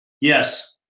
Yes